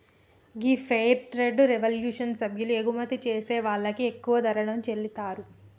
గీ fair trade revolution సభ్యులు ఎగుమతి చేసే వాళ్ళకి ఎక్కువ ధరలను చెల్లితారు